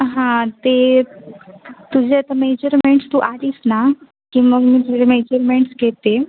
हां ते तुझे आता मेजरमेंट्स तू आलीस ना की मग मी तुझे मेजरमेंट्स घेते